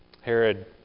Herod